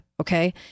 Okay